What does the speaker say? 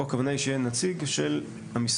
פה הכוונה היא שיהיה נציג של המשרד,